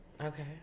Okay